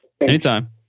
Anytime